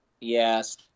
Yes